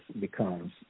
becomes